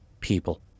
people